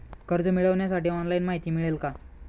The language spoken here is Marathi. कर्ज मिळविण्यासाठी ऑनलाइन माहिती मिळेल का?